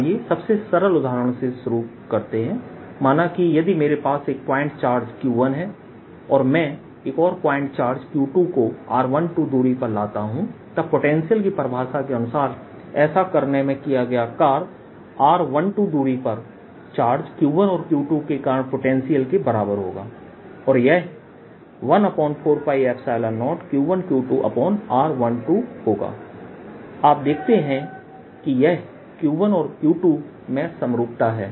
आइए सबसे सरल उदाहरण से शुरू करते हैं माना कि यदि मेरे पास एक पॉइंट चार्जQ1 है और मैं एक और पॉइंट चार्ज Q2 को r12 दूरी पर लाता हूँ तब पोटेंशियल की परिभाषा के अनुसार ऐसा करने में किया गया कार्य r12 दूरी पर चार्ज Q1 और Q2 के कारण पोटेंशियल के बराबर होगा और यह होगा 140Q1Q2r12 आप देखते हैं कि यह Q1 और Q2 में समरूपता है